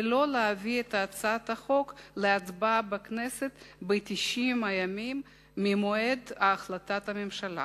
ולא להביא את הצעת החוק להצבעה בכנסת ב-90 הימים ממועד החלטת הממשלה.